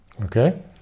Okay